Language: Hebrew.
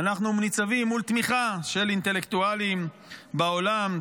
אנחנו ניצבים מול תמיכה של אינטלקטואלים בעולם,